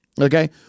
Okay